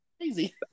crazy